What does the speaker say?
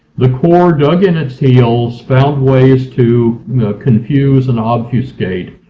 the corps dug in its heels, found ways to confuse and obfuscate,